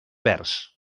vers